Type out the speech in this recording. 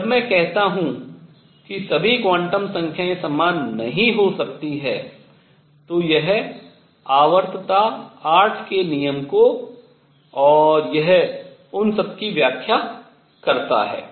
और जब मैं कहता हूँ कि सभी क्वांटम संख्याएं समान नहीं हो सकती हैं तो यह आवर्तता 8 के नियम को और यह उन सब की व्याख्या करता है